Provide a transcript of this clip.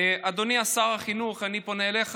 אדוני שר החינוך, אני פונה אליך.